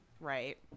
Right